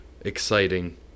exciting